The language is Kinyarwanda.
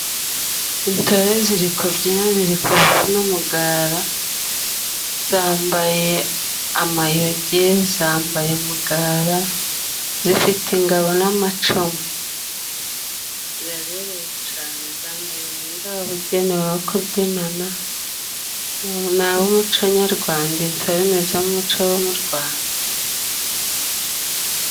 Intore ziri kubyina ziri kuvuna umugara, zambaye amayoge, zambaye umugara zifite ingabo n'amacu. Ziraberewe cane zambaye umwenda wabugenewe wo kubyinana. Ni ab'umuco nyarwanda. Intore n'izo mu muco wo mu Rwanda.